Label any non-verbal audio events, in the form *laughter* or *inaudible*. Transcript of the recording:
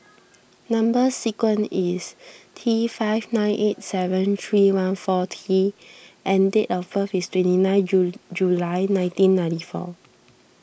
Number Sequence is T five nine eight seven three one four T and date of birth is twenty nine *unintelligible* July nineteen ninety four